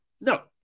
no